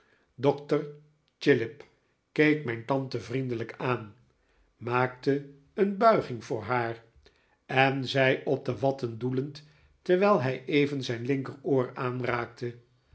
dokter chillip keek mijn tante vriendelijk aan maakte een buiging voor haar en zei op de watten doelend terwijl hij even zijn linkeroor aanraakte